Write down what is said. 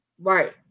right